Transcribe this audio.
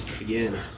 again